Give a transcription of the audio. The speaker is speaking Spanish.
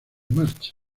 marcha